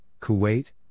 Kuwait